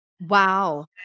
Wow